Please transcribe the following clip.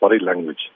language